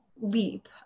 leap